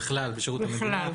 בכלל בשירות המדינה.